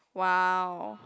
!wow!